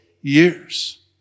years